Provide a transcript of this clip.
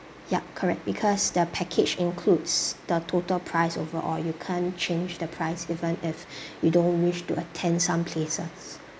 yup correct because the package includes the total price overall you can't change the price even if you don't wish to attend some places